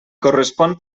correspon